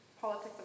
Politics